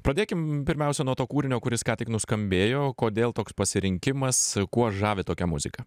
pradėkim pirmiausia nuo to kūrinio kuris ką tik nuskambėjo kodėl toks pasirinkimas kuo žavi tokia muzika